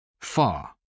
far